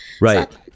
Right